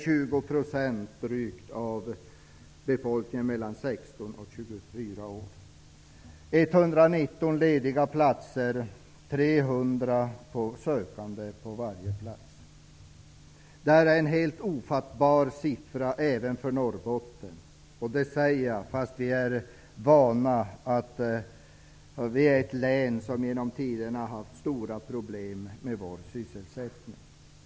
35 000 Det här är en helt ofattbar siffra även för Norrbotten. Det säger jag trots att vi är vana att vårt län genom tiderna haft stora problem med sysselsättningen.